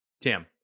Tim